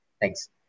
Thanks